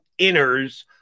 inners